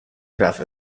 رفع